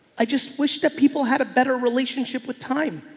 i just wished that people had a better relationship with time.